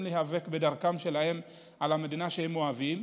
להיאבק בדרכם שלהם על המדינה שהם אוהבים,